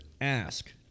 ask